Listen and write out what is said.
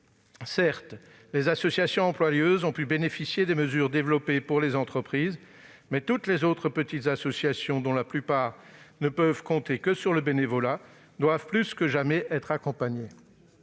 Certes, les associations employeuses ont pu bénéficier des mesures développées pour les entreprises, mais toutes les autres petites associations, dont la plupart ne peuvent compter que sur le bénévolat, doivent plus que jamais être accompagnées.